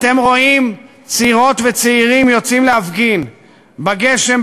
אתם רואים צעירות וצעירים יוצאים להפגין בגשם,